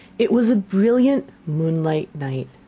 it was a brilliant moonlight night,